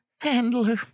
Handler